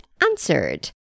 Answered